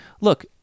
look